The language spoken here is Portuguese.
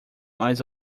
mas